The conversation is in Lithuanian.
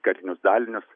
karinius dalinius